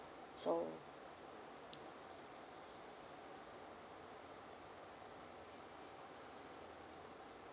so